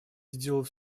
сделать